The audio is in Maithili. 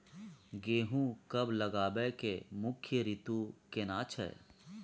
गेहूं कब लगाबै के मुख्य रीतु केना छै?